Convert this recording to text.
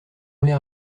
l’air